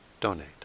donate